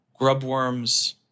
grubworms